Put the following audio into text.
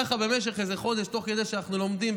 כך במשך איזה חודש תוך כדי שאנחנו לומדים.